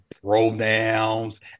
pronouns